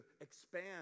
expand